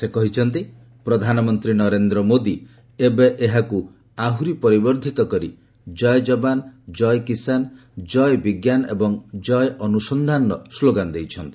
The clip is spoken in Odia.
ସେ କହିଛନ୍ତି ଯେ ପ୍ରଧାନମନ୍ତ୍ରୀ ନରେନ୍ଦ୍ର ମୋଦି ଏବେ ଏହାକୁ ଆହୁରି ପରିବର୍ଦ୍ଧିତ କରି ଜୟ ଯବାନ ଜୟକିଷାନ ଜୟ ବିଜ୍ଞାନ ଏବଂ ଜୟ ଅନୁସନ୍ଧାନର ସ୍କୋଗାନ ଦେଇଛନ୍ତି